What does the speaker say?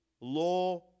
law